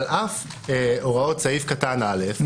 'על אף הוראות סעיף קטן (א)',